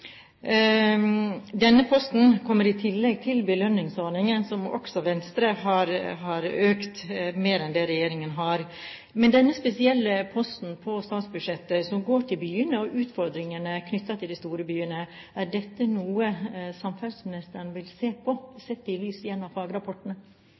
Denne posten kommer i tillegg til belønningsordningen, som også Venstre har økt mer enn det regjeringen har. Men denne spesielle posten på statsbudsjettet som går til byene og utfordringene knyttet til de store byene, er dette noe samferdselsministeren vil se på